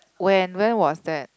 when when was that